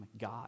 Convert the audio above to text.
God